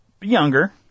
younger